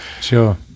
Sure